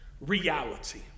reality